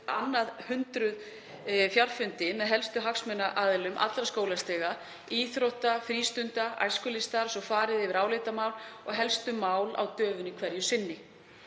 annað hundrað fjarfundi með helstu hagsmunaaðilum allra skólastiga og íþrótta-, frístunda- og æskulýðsstarfs og farið yfir álitamál og helstu mál sem eru á döfinni hverju sinni.